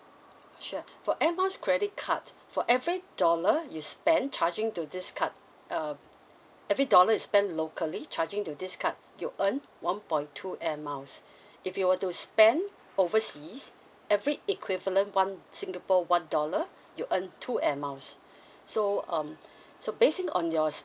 sure for air miles credit cards for every dollar you spend charging to this card um every dollar is spend locally charging to this card you earn one point two air miles if you were to spend overseas every equivalent one singapore one dollar you earn two air miles so um so basing on your